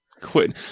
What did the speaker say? quit